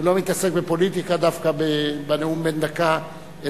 ולא מתעסק בפוליטיקה דווקא בנאום בן דקה,